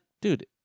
Dude